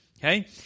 Okay